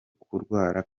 kurwara